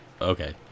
Okay